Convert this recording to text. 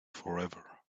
forever